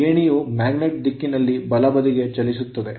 ಏಣಿಯು magnet ದಿಕ್ಕಿನಲ್ಲಿ ಬಲಬದಿಗೆ ಚಲಿಸುತ್ತದೆ